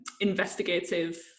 investigative